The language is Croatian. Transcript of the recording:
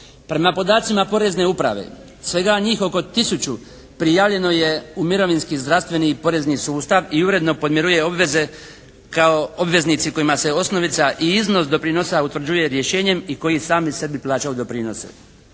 Prema podacima Porezne uprave svega njih oko 1000 prijavljeno je u mirovinski, zdravstveni i porezni sustav i uredno podmiruje obveze kao obveznici kojima se osnovica i iznos doprinosa utvrđuje rješenjem i koji sami sebi plaćaju doprinose.